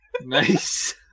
Nice